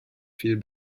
viel